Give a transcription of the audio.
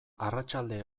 arratsalde